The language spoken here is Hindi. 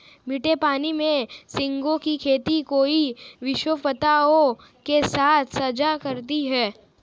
मीठे पानी में झींगे की खेती कई विशेषताओं के साथ साझा करती है